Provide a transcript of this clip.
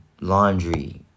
laundry